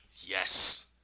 Yes